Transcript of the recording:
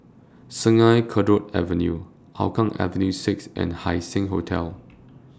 Sungei Kadut Avenue Hougang Avenue six and Haising Hotel